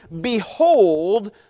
behold